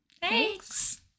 Thanks